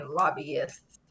lobbyists